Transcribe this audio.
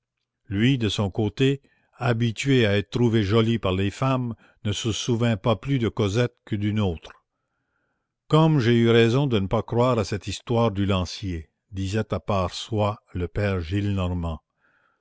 lui de son côté habitué à être trouvé joli par les femmes ne se souvint pas plus de cosette que d'une autre comme j'ai eu raison de ne pas croire à cette histoire du lancier disait à part soi le père